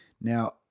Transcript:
Now